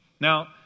Now